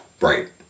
Right